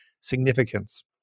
significance